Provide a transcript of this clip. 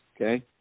okay